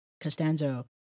Costanzo